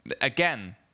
Again